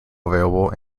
available